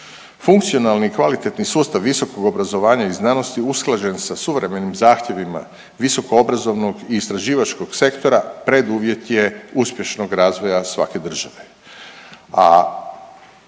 Funkcionalni i kvalitetni sustav visokog obrazovanja i znanosti usklađen sa suvremenim zahtjevima visoko obrazovnog i istraživačkog sektora preduvjet je uspješnog razvoja svake države, a